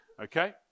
Okay